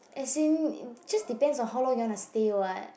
as in just depends on how long you wanna stay [what]